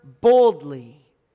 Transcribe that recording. boldly